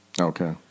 Okay